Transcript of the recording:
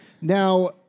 Now